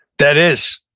that is.